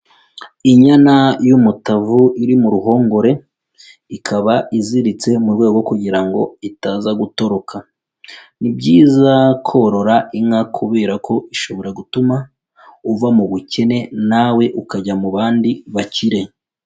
Inyana y'umutavu iri mu ruhongore, ikaba iziritse mu rwego rwo kugira ngo itaza gutoroka, ni byiza korora inka kubera ko ishobora gutuma uva mu bukene na we ukajya mu bandi bakire.